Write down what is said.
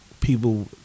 people